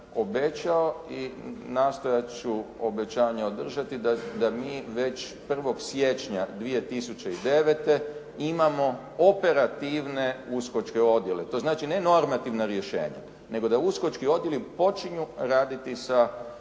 obećao i nastojati ću obećanje održati da mi već 1. siječnja 2009. imamo operativne USKOK-če odjele. To ne znači ne normativna rješenja, nego da USKOK-čki odjeli počinju raditi sa